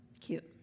Cute